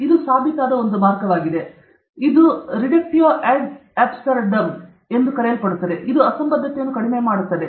ಇದು ಸಾಬೀತಾದ ಒಂದು ಮಾರ್ಗವಾಗಿದೆ ಇದು ರಿಡಕ್ಟಿಯೊ ಜಾಹೀರಾತು ಅಬ್ಸರ್ಡಮ್ ಎಂದು ಕರೆಯಲ್ಪಡುತ್ತದೆ ಇದು ಅಸಂಬದ್ಧತೆಯನ್ನು ಕಡಿಮೆ ಮಾಡುತ್ತದೆ